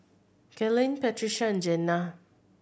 Kellen Patricia and Jena